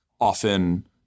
often